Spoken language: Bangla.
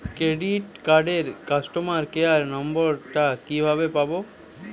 ক্রেডিট কার্ডের কাস্টমার কেয়ার নম্বর টা কিভাবে পাবো?